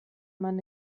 man